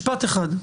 משפט אחד.